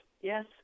yes